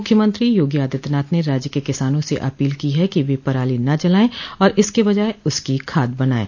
मुख्यमंत्री योगी आदित्यनाथ ने राज्य के किसानों से अपील की है कि वे पराली न जलाये और इसके बजाय उसकी खाद बनाये